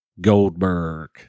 Goldberg